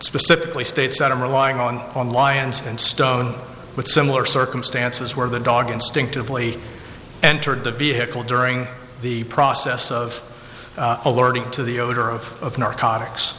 specifically states that i'm relying on on lions and stone with similar circumstances where the dog instinctively entered the vehicle during the process of alerting to the odor of narcotics